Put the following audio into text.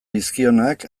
dizkionak